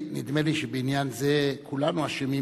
נדמה לי שבעניין זה כולנו אשמים,